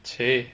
!chey!